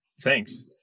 thanks